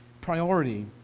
priority